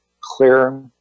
clear